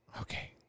Okay